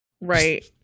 right